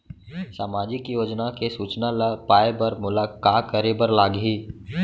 सामाजिक योजना के सूचना ल पाए बर मोला का करे बर लागही?